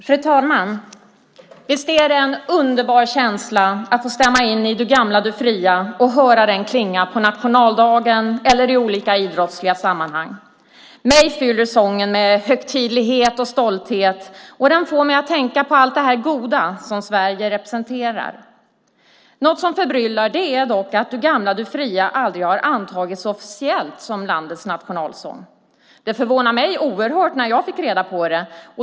Fru talman! Visst är det en underbar känsla att få stämma in i Du gamla, du fria och höra den klinga på nationaldagen eller i olika idrottsliga sammanhang. Mig fyller sången med högtidlighet och stolthet, och den får mig att tänka på allt det goda som Sverige representerar. Något som förbryllar är dock att Du gamla, du fria aldrig har antagits officiellt som landets nationalsång. Det förvånade mig oerhört när jag fick reda på det.